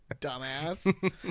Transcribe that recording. Dumbass